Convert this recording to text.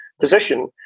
position